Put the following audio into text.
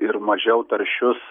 ir mažiau taršius